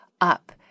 up